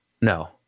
no